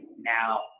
now